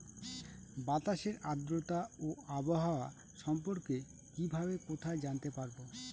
বাতাসের আর্দ্রতা ও আবহাওয়া সম্পর্কে কিভাবে কোথায় জানতে পারবো?